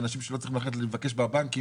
אנשים לא צריכים ללכת לבקש מהבנקים,